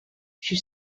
she